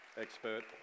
Expert